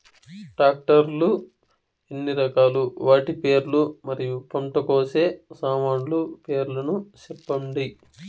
Tractor లు ఎన్ని రకాలు? వాటి పేర్లు మరియు పంట కోసే సామాన్లు పేర్లను సెప్పండి?